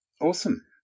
Awesome